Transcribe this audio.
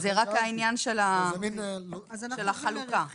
בגלל זה שאלתי --- אז זה רק העניין של החלוקה.